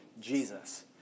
Jesus